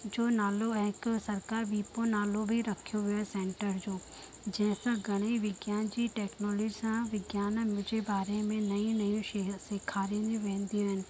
जो नालो हिकु सरकारि वीपो नालो बि रखियो वियो सैंटर जो जंहिं सां घणेई विज्ञान जी टैक्नोलॉजी सां विज्ञाननि जे बारे में नयूं नयूं शयूं सेखारदियूं वेंदियूं आहिनि